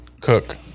cook